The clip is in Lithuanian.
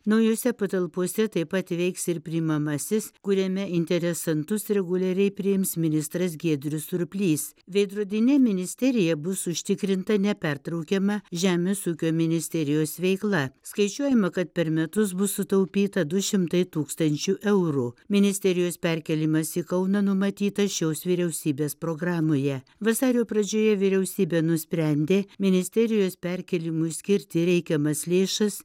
naujose patalpose taip pat veiks ir priimamasis kuriame interesantus reguliariai priims ministras giedrius surplys veidrodinė ministerija bus užtikrinta nepertraukiama žemės ūkio ministerijos veikla skaičiuojama kad per metus bus sutaupyta du šimtai tūkstančių eurų ministerijos perkėlimas į kauną numatytas šios vyriausybės programoje vasario pradžioje vyriausybė nusprendė ministerijos perkėlimui skirti reikiamas lėšas